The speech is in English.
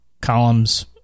columns